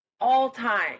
all-time